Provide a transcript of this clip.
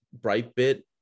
Brightbit